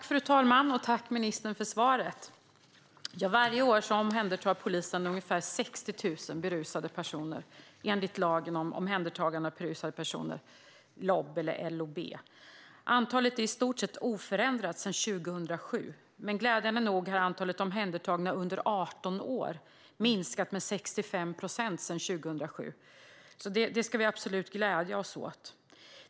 Fru talman! Jag tackar ministern för svaret. Varje år omhändertar polisen ungefär 60 000 berusade personer enligt lagen om omhändertagande av berusade personer, LOB. Antalet är i stort sett oförändrat sedan 2007. Men glädjande nog har antalet omhändertagna under 18 år minskat med 65 procent sedan 2007. Det ska vi absolut glädja oss åt.